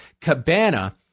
Cabana